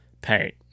paint